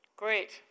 Great